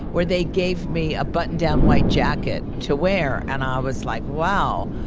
where they gave me a button-down white jacket to wear and i was like wow,